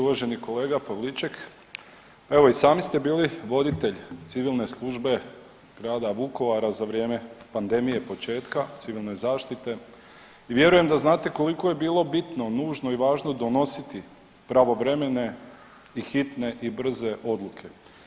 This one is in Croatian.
Uvaženi kolega Pavliček, evo i sami ste bili voditelj civilne službe grada Vukovara za vrijeme pandemije početka Civilne zaštite i vjerujem da znate koliko je bilo bitno, nužno i važno donositi pravovremene i hitne i brze odluke.